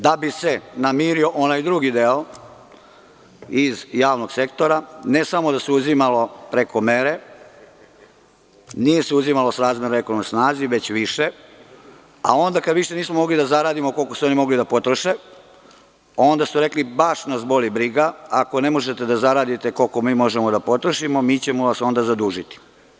Da bi se namirio onaj drugi deo iz javnog sektora, ne samo da se uzimalo preko mere, nije se uzimalo srazmerno ekonomskoj snazi, već više, a onda kada više nismo mogli da zaradimo koliko su oni mogli da potroše, onda su rekli - baš nas boli briga, ako ne možete da zaradite koliko mi možemo da potrošimo, mi ćemo vas onda zadužiti.